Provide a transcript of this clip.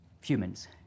humans